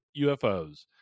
UFOs